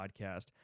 podcast